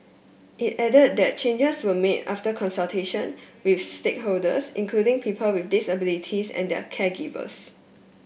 it added that changes were made after consultation with stakeholders including people with disabilities and their caregivers